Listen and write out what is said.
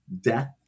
death